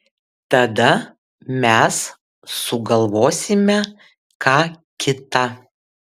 tada mes sugalvosime ką kita